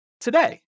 today